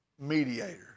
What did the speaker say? mediator